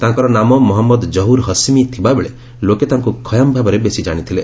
ତାଙ୍କର ନାମ ମହଜ୍ଞଦ ଜହୁର୍ ହସ୍ମୀ ଥିବା ବେଳେ ଲୋକେ ତାଙ୍କୁ ଖୟାମ୍ ଭାବରେ ବେଶି ଜାଣିଥିଲେ